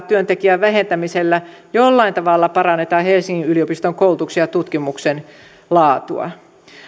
työntekijän vähentämisellä jollain tavalla parannetaan helsingin yliopiston koulutuksen ja tutkimuksen laatua